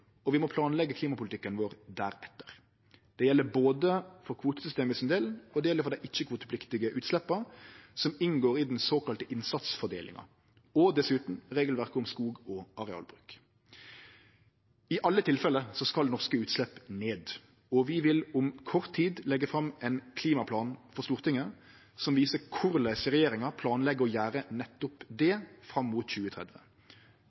og vi må planleggje klimapolitikken vår deretter. Det gjeld både for kvotesystemet og det gjeld for dei ikkje-kvotepliktige utsleppa som inngår i den såkalla innsatsfordelinga, og dessutan regelverket om skog og arealbruk. I alle tilfelle skal norske utslepp ned, og vi vil om kort tid leggje fram ein klimaplan for Stortinget som viser korleis regjeringa planlegg å gjere nettopp det fram mot 2030.